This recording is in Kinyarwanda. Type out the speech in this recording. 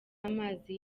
mazi